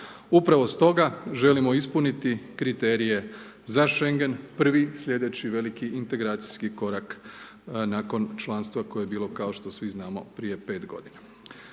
Upravo stoga želimo ispuniti kriterije za Šengen prvi slijedeći veliki integracijski korak nakon članstva koje je bilo kao što svi znamo prije 5 godina.